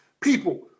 people